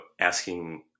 asking